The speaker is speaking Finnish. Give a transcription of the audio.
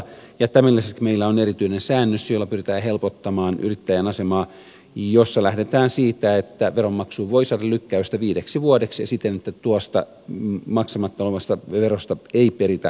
tämän lisäksi meillä on erityinen säännös jolla pyritään helpottamaan yrittäjän asemaa ja jossa lähdetään siitä että veronmaksuun voi saada lykkäystä viideksi vuodeksi siten että tuosta maksamatta olevasta verosta ei peritä korkoa